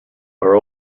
are